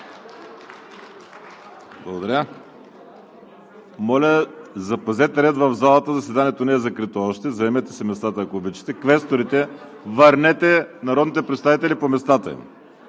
стават.) Моля, запазете ред в залата, заседанието не е закрито още. Заемете си местата, ако обичате. Квесторите, върнете народните представители по местата им.